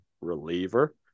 reliever